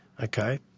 Okay